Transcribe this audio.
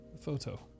Photo